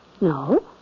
No